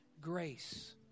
Grace